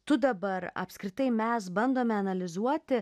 tu dabar apskritai mes bandome analizuoti